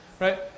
right